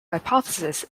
hypothesis